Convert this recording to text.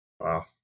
wow